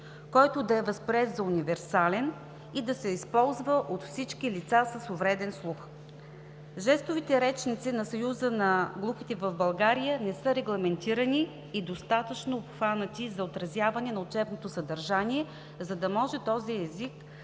който да е възприет за универсален и да се използва от всички лица с увреден слух. Жестовите речници на Съюза на глухите в България не са регламентирани и достатъчно обхванати за отразяване на учебното съдържание, за да може този език